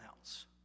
else